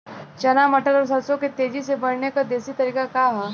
चना मटर और सरसों के तेजी से बढ़ने क देशी तरीका का ह?